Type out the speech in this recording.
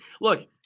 look